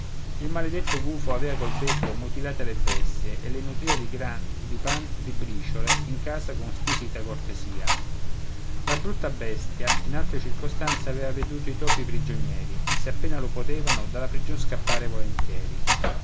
il maledetto gufo avea col becco mutilate le bestie e le nutria di gran di pan di briciole in casa con squisita cortesia la brutta bestia in altre circostanze avea veduto i topi prigionieri se appena lo potevano dalla prigion scappare volentieri